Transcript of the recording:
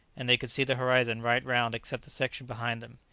and they could see the horizon right round except the section behind them,